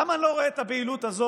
למה אני לא רואה את הבהילות הזאת